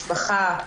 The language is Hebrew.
משפחה,